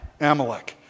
Amalek